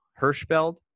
Hirschfeld